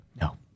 No